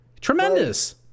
Tremendous